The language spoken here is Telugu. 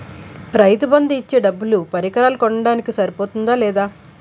రైతు బందు ఇచ్చే డబ్బులు పరికరాలు కొనడానికి సరిపోతుందా లేదా?